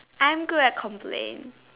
I'm good at complain